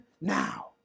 now